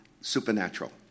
supernatural